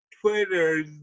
Twitter